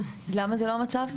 למה זה לא המצב?